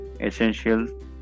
essential